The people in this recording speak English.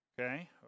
Okay